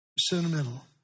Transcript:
sentimental